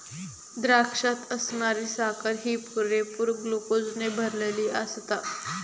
द्राक्षात असणारी साखर ही पुरेपूर ग्लुकोजने भरलली आसता